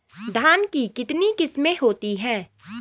धान की कितनी किस्में होती हैं?